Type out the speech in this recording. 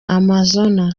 amazon